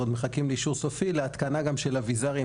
ועוד מחכים לאישור סופי להתקנה גם של אביזרים,